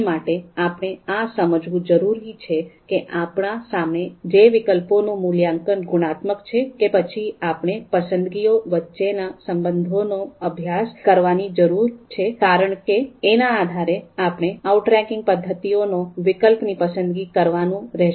એ માટે આપણે એ સમાજવું જરૂરી છે કે આપણા સામે જે વિકલ્પોનું મૂલ્યાંકન ગુણાત્મક છે કે પછી આપણે પસંદગીઓ વચ્ચેના સંબંધનો અભ્યાસ કરવાની જરૂર છે કારણકે એના આધારે આપણે આઉટરેન્કિંગ પદ્ધતિઓનો વિકલ્પની પસંદગી કરવાનું રેહશે